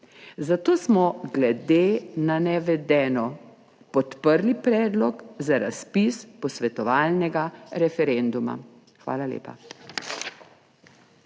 zato smo glede na navedeno podprli predlog za razpis posvetovalnega referenduma. Hvala lepa.